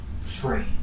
free